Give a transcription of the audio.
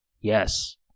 Yes